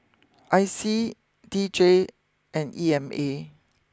I C D J and E M A